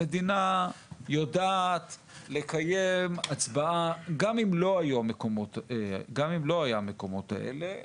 המדינה יודעת לקיים הצבעה גם אם לא היה מקומות האלה,